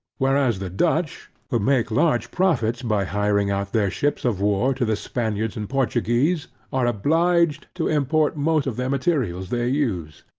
whereas the dutch, who make large profits by hiring out their ships of war to the spaniards and portuguese, are obliged to import most of the materials they use.